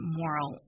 moral